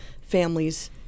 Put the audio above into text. families